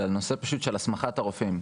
אלא לנושא של הסמכת הרופאים.